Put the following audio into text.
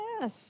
Yes